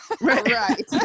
right